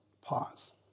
Pause